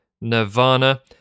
Nirvana